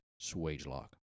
SwageLock